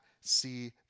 see